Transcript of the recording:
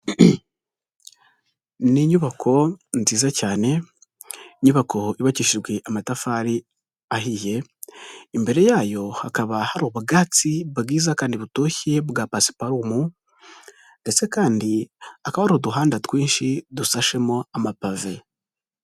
Ni inyubako nziza cyane inyubako yubakishijwe amatafari ahiye, imbere yayo hakaba hari ubwatsi bwiza kandi butoshye bwa pasiparumu, ndetse kandi hakaba ari uduhanda twinshi dusashemo amapave.